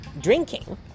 drinking